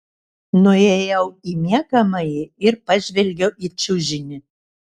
nuėjau į miegamąjį ir pažvelgiau į čiužinį